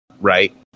right